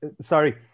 sorry